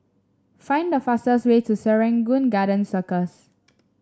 find the fastest way to Serangoon Garden Circus